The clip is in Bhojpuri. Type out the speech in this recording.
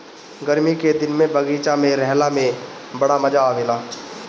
गरमी के दिने में बगीचा में रहला में बड़ा मजा आवेला